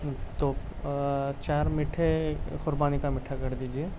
دوپ چار میٹھے قربانی کا میٹھا کر دیجیے